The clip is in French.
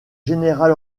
général